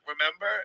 Remember